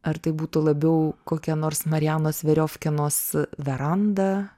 ar tai būtų labiau kokia nors marianos veriofkinos veranda